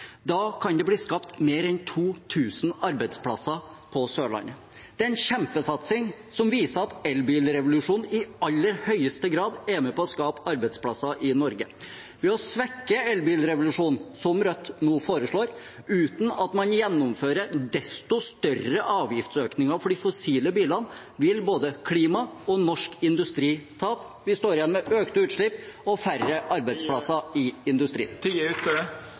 Da kan det bli skapt mer enn 2 000 arbeidsplasser på Sørlandet, og det er en kjempesatsing som viser at elbilrevolusjonen i aller høyeste grad er med på å skape arbeidsplasser i Norge. Ved å svekke elbilrevolusjonen, som Rødt foreslår nå, uten at man gjennomfører desto større avgiftsøkninger for de fossile bilene, vil både klima og norsk industri tape. Vi står igjen med økte utslipp og færre arbeidsplasser i industrien.